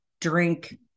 drink